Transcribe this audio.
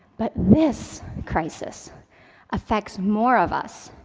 but this crisis effects more of us,